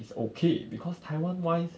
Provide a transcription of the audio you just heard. is okay because taiwan wise